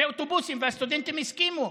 באוטובוסים, והסטודנטים הסכימו.